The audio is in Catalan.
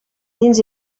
dins